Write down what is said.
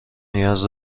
نیاز